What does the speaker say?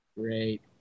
Great